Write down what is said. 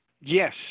Yes